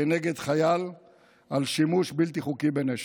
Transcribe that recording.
נגד חייל על שימוש בלתי חוקי בנשק.